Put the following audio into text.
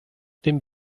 dem